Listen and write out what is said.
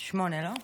שמונה, לא?